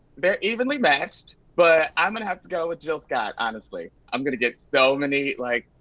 they're evenly matched, but i'm gonna have to go with jill scott honestly. i'm gonna get so many like,